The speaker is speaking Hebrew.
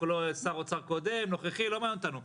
שר אוצר קודם, נוכחי, לא מעניין אותנו.